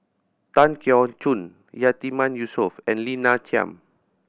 Tan Keong Choon Yatiman Yusof and Lina Chiam